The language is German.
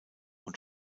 und